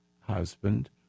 husband